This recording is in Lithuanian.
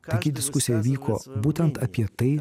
taigi diskusija vyko būtent apie tai